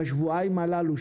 בשבועיים הללו,